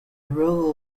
role